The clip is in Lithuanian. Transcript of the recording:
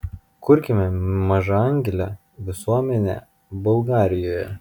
kurkime mažaanglę visuomenę bulgarijoje